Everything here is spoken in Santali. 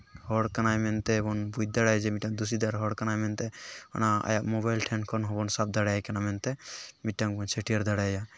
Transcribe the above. ᱦᱚᱲᱠᱟᱱᱟᱭ ᱢᱮᱱᱛᱮ ᱵᱚᱱ ᱵᱩᱡᱽ ᱫᱟᱲᱮᱭᱟᱜᱼᱟ ᱡᱮ ᱢᱤᱫᱴᱟᱱ ᱫᱩᱥᱤᱫᱟᱨ ᱦᱚᱲ ᱠᱟᱱᱟᱭ ᱢᱮᱱᱛᱮ ᱚᱱᱟ ᱟᱭᱟᱜ ᱢᱳᱵᱟᱭᱤᱞ ᱴᱷᱮᱱ ᱠᱷᱚᱱ ᱦᱚᱸᱵᱚᱱ ᱥᱟᱵ ᱫᱟᱲᱮᱭᱟᱭ ᱠᱟᱱᱟ ᱢᱮᱱᱛᱮ ᱢᱤᱫᱴᱟᱱ ᱵᱚᱱ ᱪᱷᱟᱹᱴᱭᱟᱹᱨ ᱫᱟᱲᱮᱭᱟᱭᱟ